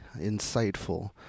insightful